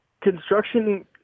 Construction